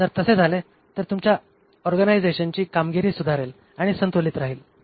जर तसे झाले तर तुमच्या ऑर्गनायझेशनची कामगिरी सुधारेल आणि संतुलित राहील